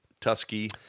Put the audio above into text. Tusky